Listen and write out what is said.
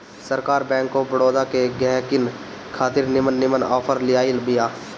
सरकार bank of Baroda के गहकिन खातिर निमन निमन आफर लियाइल बिया